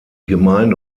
gemeinde